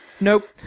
nope